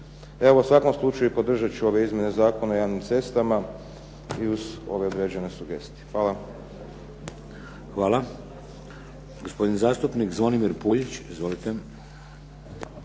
Evo u svakom slučaju podržati ću ove izmjene Zakona o javnim cestama i uz ove određene sugestije. Hvala. **Šeks, Vladimir (HDZ)** Hvala. Gospodin zastupnik Zvonimir Puljić. Izvolite.